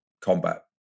combat